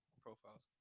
profiles